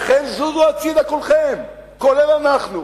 לכן זוזו הצדה כולכם, כולל אנחנו.